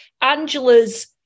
Angela's